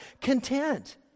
content